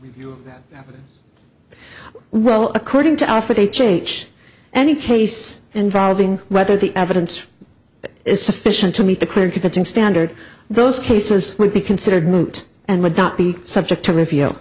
happened well according to after they change any case involving whether the evidence is sufficient to meet the clear and convincing standard those cases would be considered moot and would not be subject to rev